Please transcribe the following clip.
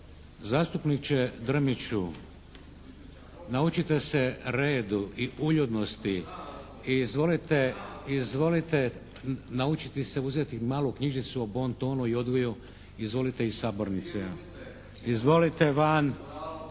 Zastupniče Drmiću, naučite se redu i uljudnosti i izvolite naučiti se uzeti malu knjižicu o bontonu i odgoju. Izvolite iz sabornice! …/Upadica